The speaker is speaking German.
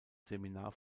seminar